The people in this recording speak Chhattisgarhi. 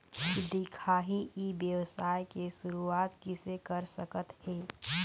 दिखाही ई व्यवसाय के शुरुआत किसे कर सकत हे?